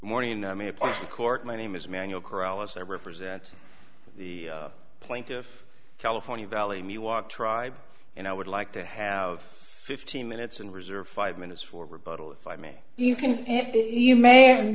morning in court my name is manual corollas i represent the plaintiff california valley me walk tribe and i would like to have fifteen minutes and reserve five minutes for rebuttal if i may